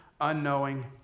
unknowing